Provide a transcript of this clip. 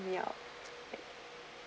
me out like